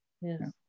yes